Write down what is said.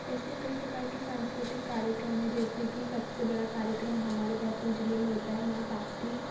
ऐसे कई प्रकार की सांस्कृतिक कार्यक्रम हैं जैसे कि सबसे बड़ा कार्यक्रम हमारे बैतूल जिले में होता है माँ ताप्ती